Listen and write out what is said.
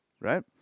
right